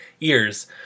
ears